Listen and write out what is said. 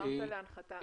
הרמת להנחתה.